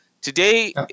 Today